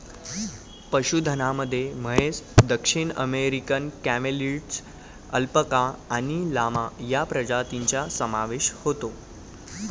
पशुधनामध्ये म्हैस, दक्षिण अमेरिकन कॅमेलिड्स, अल्पाका आणि लामा या प्रजातींचा समावेश होतो